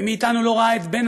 מי מאיתנו לא ראה את בן,